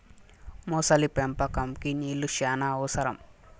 మొసలి పెంపకంకి నీళ్లు శ్యానా అవసరం